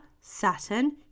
Saturn